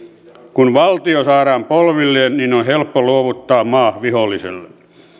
kun valtio saadaan polvilleen on helppo luovuttaa maa viholliselle